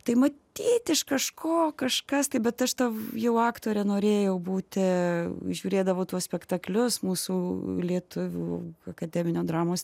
tai matyt iš kažko kažkas tai bet aš ta jau aktore norėjau būti žiūrėdavau tuos spektaklius mūsų lietuvių akademinio dramos